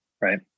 right